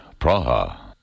Praha